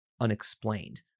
unexplained